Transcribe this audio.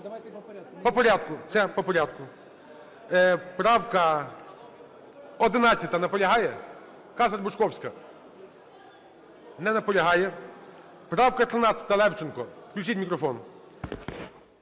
По порядку? Все. По порядку. Правка 11. Наполягає? Кацер-Бучковська? Не наполягає. Правка 13, Левченко. Включіть мікрофон.